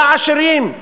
מהעשירים,